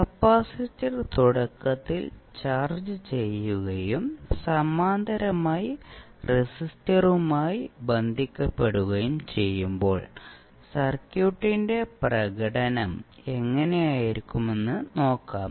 capacitor തുടക്കത്തിൽ charge ചെയ്യുകയും സമാന്തരമായി റെസിസ്റ്ററുമായി ബന്ധിപ്പിക്കുകയും ചെയ്യുമ്പോൾ സർക്യൂട്ടിന്റെ പ്രകടനം എങ്ങനെയായിരിക്കുമെന്ന് നോക്കാം